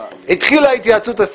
את ההתייעצות,